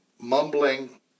mumbling